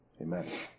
Amen